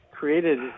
Created